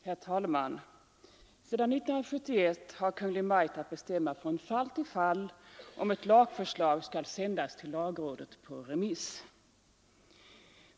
Herr talman! Sedan 1971 har Kungl. Maj:t att bestämma från fall till fall om ett lagförslag skall sändas till lagrådet på remiss.